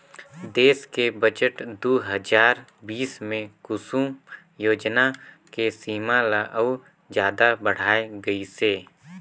देस के बजट दू हजार बीस मे कुसुम योजना के सीमा ल अउ जादा बढाए गइसे